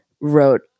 wrote